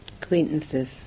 Acquaintances